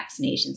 vaccinations